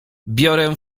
biorę